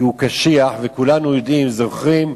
כי הוא קשיח, וכולנו יודעים וזוכרים.